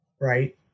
right